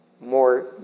more